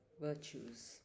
virtues